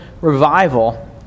revival